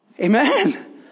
Amen